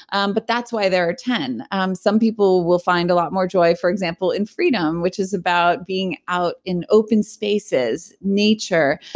um but that's why there are ten um some people will find a lot more joy, for example, in freedom. which is about being out in open spaces nature,